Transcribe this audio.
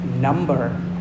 number